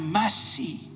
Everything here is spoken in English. mercy